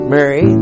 Mary